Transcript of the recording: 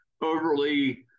overly